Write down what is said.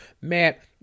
Matt